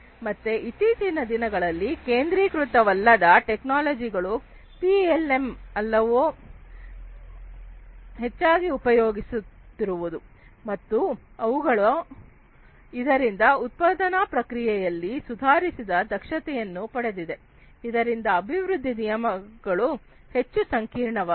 ಮತ್ತೆ ಇತ್ತೀಚಿನ ದಿನಗಳಲ್ಲಿ ಕೇಂದ್ರೀಕೃತ ವಲ್ಲದ ಟೆಕ್ನಾಲಜಿ ಗಳು ಪಿಎಲ್ಎಂ ಅಲ್ಲವೋ ಹೆಚ್ಚಾಗಿ ಉಪಯೋಗಿಸುತ್ತಿರುವುದು ಮತ್ತು ಅವುಗಳು ಇದರಿಂದ ಉತ್ಪಾದನಾ ಪ್ರಕ್ರಿಯೆಯಲ್ಲಿ ಸುಧಾರಿಸಿದ ದಕ್ಷತೆಯನ್ನು ಪಡೆದಿವೆ ಇದರಿಂದ ಅಭಿವೃದ್ಧಿ ನಿಯಮಗಳು ಹೆಚ್ಚು ಸಂಕೀರ್ಣವಾಗಿದೆ